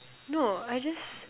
no I just